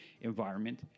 environment